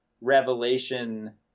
Revelation